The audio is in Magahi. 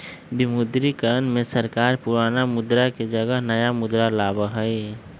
विमुद्रीकरण में सरकार पुराना मुद्रा के जगह नया मुद्रा लाबा हई